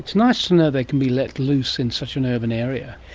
it's nice to know they can be let loose in such an urban area.